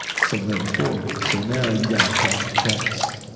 so metaphorically. so now, you got across the tracks.